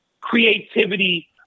Creativity